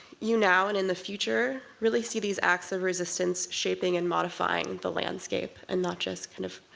you, now and in the future, really see these acts of resistance shaping and modifying the landscape and not just kind of